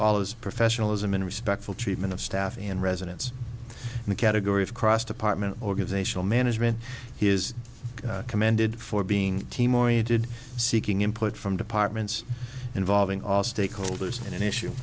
all his professionalism and respectful treatment of staff and residents in the category of cross department organizational management his commended for being team oriented seeking input from departments involving all stakeholders in an issue